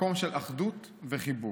מקום של אחדות וחיבור,